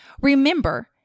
Remember